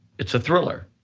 it's a thriller.